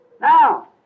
Now